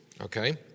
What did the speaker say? Okay